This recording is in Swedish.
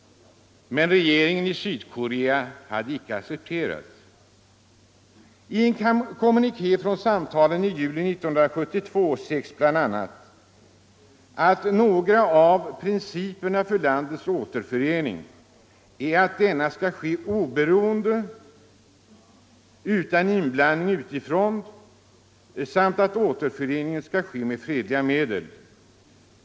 Men regeringen i Sydkorea hade icke accep terat. I en kommuniké från samtalen i juli 1972 sägs bl.a. att några av prin ciperna för landets återförening är att denna skall ske oberoende, utan inblandning utifrån, samt med fredliga medel.